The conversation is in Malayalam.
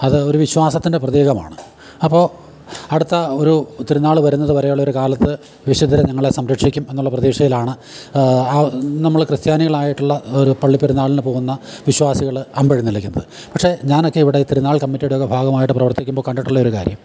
അത് ഒരു വിശ്വാസത്തിൻ്റെ പ്രതീകമാണ് അപ്പോൾ അടുത്ത ഒരു തിരുന്നാൾ വരുന്നത് വരെ ഉള്ളൊരു കാലത്ത് വിശുദ്ധർ ഞങ്ങളെ സംരക്ഷിക്കും എന്നുള്ള പ്രതീക്ഷയിലാണ് ആ നമ്മൾ ക്രിസ്ത്യാനികളായിട്ടുള്ള ഒരു പള്ളി പെരുന്നാളിന് പോകുന്ന വിശ്വാസികൾ അമ്പെഴുന്നള്ളിക്കുന്നത് പക്ഷേ ഞാൻ ഒക്കെ ഇവിടെ തിരുനാൾ കമിറ്റിടൊക്കെ ഭാഗമായിട്ട് പ്രവർത്തിക്കുമ്പോൾ കണ്ടിട്ടുള്ള ഒരു കാര്യം